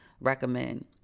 recommend